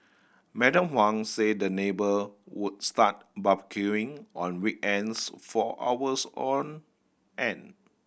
Madam Huang said the neighbour would start barbecuing on weekends for hours on end